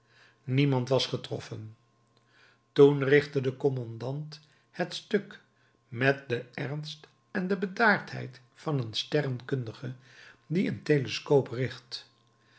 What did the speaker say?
niemand was getroffen toen richtte de kommandant het stuk met den ernst en de bedaardheid van een sterrenkundige die een telescoop richt